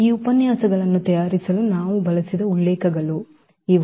ಈ ಉಪನ್ಯಾಸಗಳನ್ನು ತಯಾರಿಸಲು ನಾವು ಬಳಸಿದ ಉಲ್ಲೇಖಗಳು ಇವು